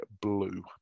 blue